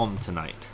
tonight